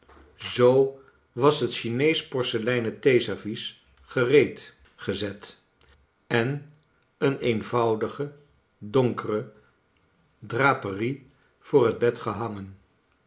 zoo was het chinees eh porceleinen theeservies gereed gezet en er een eenvoudige donkere draperie voor het bed gehangen